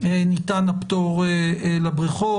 ניתן הפטור לבריכות,